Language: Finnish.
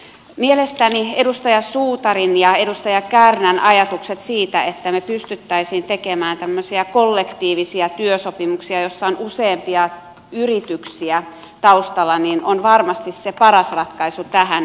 mielestäni edustaja suutarin ja edustaja kärnän ajatukset että me pystyisimme tekemään tämmöisiä kollektiivisia työsopimuksia joissa on useampia yrityksiä taustalla ovat varmasti se paras ratkaisu tähän